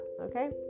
okay